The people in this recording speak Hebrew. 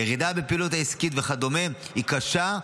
הירידה בפעילות העסקית וכדומה היא קשה,